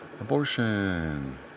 abortion